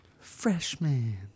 Freshman